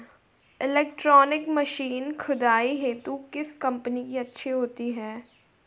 Electronic machine खुदाई हेतु किस कंपनी की अच्छी है?